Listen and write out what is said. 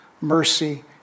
mercy